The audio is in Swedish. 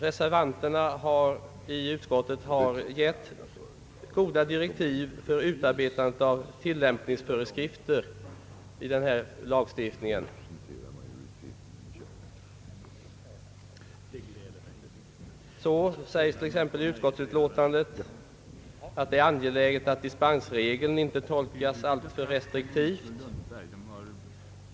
Reservanterna i utskottet har gett goda direktiv för utarbetandet av tillämpningsföreskrifter i denna lagstiftning. I utskottsutlåtandet sägs t.ex. att det är angeläget att dispensregeln inte tolkas alltför restriktivt.